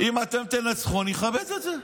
אם אתם תנצחו, אני אכבד את זה,